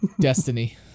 destiny